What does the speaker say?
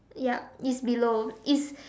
ya it's below it's